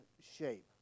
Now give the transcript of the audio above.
shape